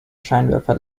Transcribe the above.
scheinwerfer